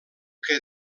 que